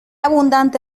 abundante